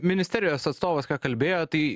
ministerijos atstovas ką kalbėjo tai